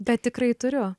bet tikrai turiu